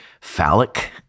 phallic